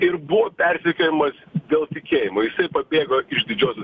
ir buvo persekiojamas dėl tikėjimo jisai pabėgo iš didžiosios